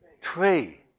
tree